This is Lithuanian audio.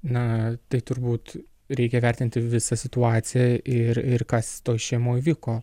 na tai turbūt reikia vertinti visą situaciją ir ir kas toj šeimoj vyko